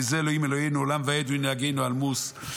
כי זה אלהים אלהינו עולם ועד הוא ינהגנו על מוּת".